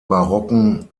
barocken